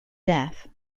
death